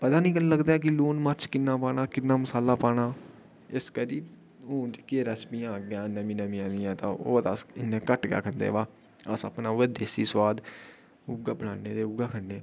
पता गै नेईं लगदा कि लून मर्च किन्ना पाना किन्ना मसाला पाना इस करी हून जेह्की रैस्पियां अग्गे नमीं नमीं आई दियां तां ओह् अस इन्ने घट्ट गै खंदे बा अपना अस उ'ऐ देसी सुआद उ'ऐ बनाने ते उ'यै खाने